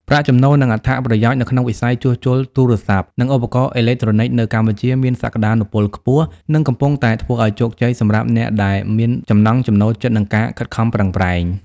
ប្រាក់ចំណូល និងអត្ថប្រយោជន៍នៅក្នុងវិស័យជួសជុលទូរស័ព្ទ និងឧបករណ៍អេឡិចត្រូនិចនៅកម្ពុជាមានសក្តានុពលខ្ពស់ និងកំពុងតែធ្វើឲ្យជោគជ័យសម្រាប់អ្នកដែលមានចំណង់ចំណូលចិត្ត និងការខិតខំប្រឹងប្រែង។